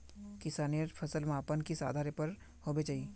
किसानेर फसल मापन किस आधार पर होबे चही?